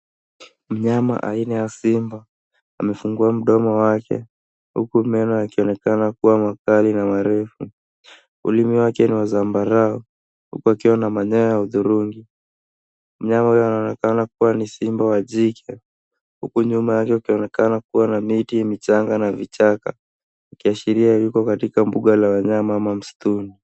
Mnyama aina ya simba amefungua mdomo wake huku meno yakionekana kuwa makali na marefu. Ulimi wake ni wa zambarau huku akiwa na manyoya ya hudhurungi. Mnyama huyu anaonekana kuwa ni simba wa jike huku nyuma yake kukionekana kuwa na miti michanga na vichaka ikiashiria yuko katika mbuga la wanyama au msituni.